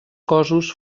cossos